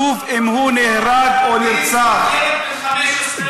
או נרצח, ילד בן 15 רצח.